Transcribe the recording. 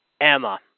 Emma